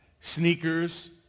sneakers